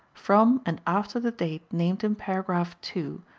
from and after the date named in paragraph two,